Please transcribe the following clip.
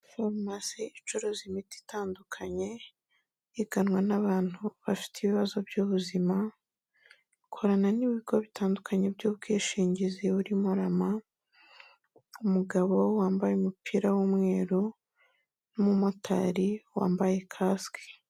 Forumasi icuruza imiti itandukanye, iganwa n'abantu bafite ibibazo by'ubuzima, ikorana n'ibigo bitandukanye by'ubwishingizi burimo RAMA, umugabo wambaye umupira w'umweru n'umumotari wambaye kasike.